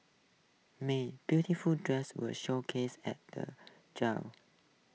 may beautiful dresses were showcased at the